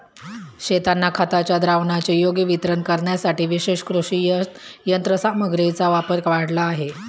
शेतांना खताच्या द्रावणाचे योग्य वितरण करण्यासाठी विशेष कृषी यंत्रसामग्रीचा वापर वाढला आहे